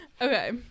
Okay